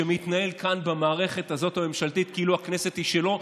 שמתנהל כאן במערכת הממשלתית הזאת כאילו הכנסת היא שלו,